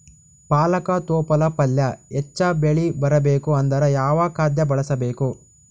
ಪಾಲಕ ತೊಪಲ ಪಲ್ಯ ಹೆಚ್ಚ ಬೆಳಿ ಬರಬೇಕು ಅಂದರ ಯಾವ ಖಾದ್ಯ ಬಳಸಬೇಕು?